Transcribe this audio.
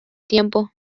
tiempo